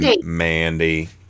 Mandy